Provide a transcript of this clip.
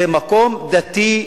זה מקום דתי,